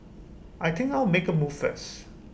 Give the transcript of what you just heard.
I think I'll make A move first